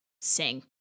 sing